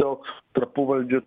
joks tarpuvaldžiu